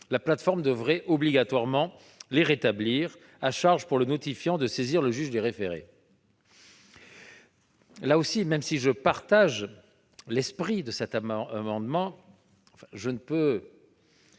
la plateforme devrait obligatoirement les rétablir, à charge pour le notifiant de saisir le juge des référés. Cher collègue, même si je partage l'esprit de cet amendement, je ne peux